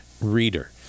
reader